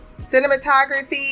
Cinematography